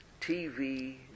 TV